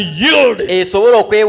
yield